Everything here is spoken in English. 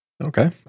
Okay